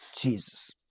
jesus